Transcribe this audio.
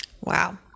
Wow